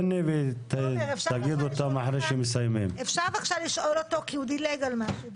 כי הוא דילג על משהו.